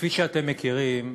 כפי שאתם מכירים,